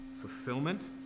fulfillment